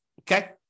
Okay